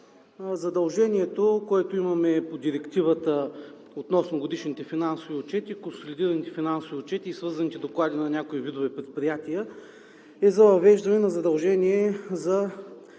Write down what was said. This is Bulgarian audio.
Задължението, което имаме по Директивата относно годишните финансови отчети, консолидираните финансови отчети и свързаните доклади на някои видове предприятия, е за въвеждане на задължение на